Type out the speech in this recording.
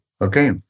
okay